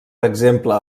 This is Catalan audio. exemple